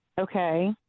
Okay